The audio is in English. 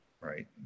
right